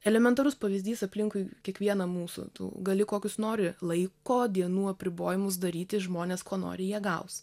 elementarus pavyzdys aplinkui kiekvieną mūsų tu gali kokius nori laiko dienų apribojimus daryti žmonės ko nori jie gaus